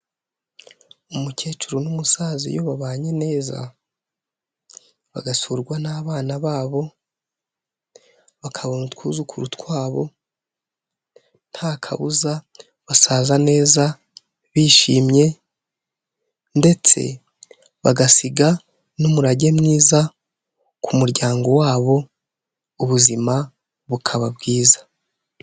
Umukecuru n'umusaza iyo babanye neza bagasurwa n'abana babo, bakabona utwuzukuru twabo, nta kabuza basaza neza bishimye ndetse bagasiga n'umurage mwiza ku muryango wabo ubuzima bukaba bwiza.